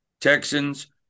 Texans